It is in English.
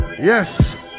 Yes